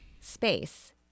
space